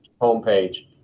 homepage